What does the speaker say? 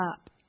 up